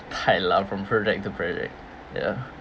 from project to project ya